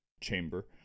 chamber